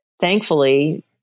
thankfully